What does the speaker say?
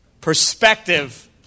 perspective